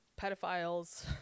pedophiles